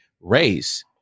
race